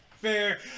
Fair